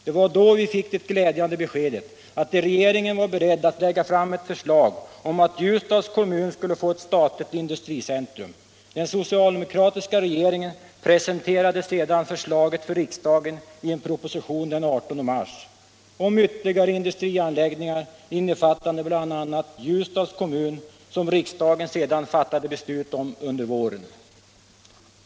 Det var då vi fick det glädjande beskedet att regeringen var beredd att lägga fram ett förslag om att Ljusdals kommun skulle få ett statligt industricentrum. Den socialdemokratiska regeringen presenterade sedan förslaget för riksdagen i en proposition den 18 mars om ytterligare industricentraanläggningar, innefattande bl.a. Ljusdals kommun, som riksdagen sedan fattade beslut om under våren.